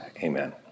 Amen